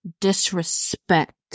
disrespect